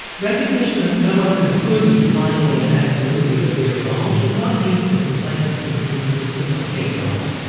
recognition that no-one can prove finally and absolutely that we are wrong, should not lead to the complacent conclusion that we could not be wrong,